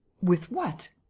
with what?